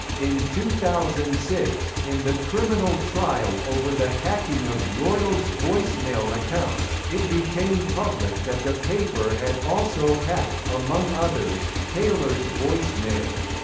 in two thousand and six, in the criminal trial over the hacking of royals' voicemail accounts, it became public that the paper had also hacked, among others, taylor's voicemail.